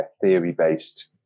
theory-based